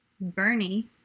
Bernie